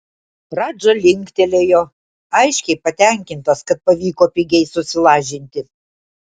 radža linktelėjo aiškiai patenkintas kad pavyko pigiai susilažinti